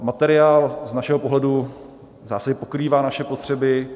Materiál z našeho pohledu v zásadě pokrývá naše potřeby.